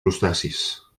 crustacis